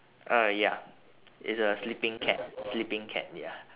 uh ya it's a sleeping cat sleeping cat ya